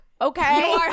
Okay